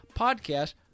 podcast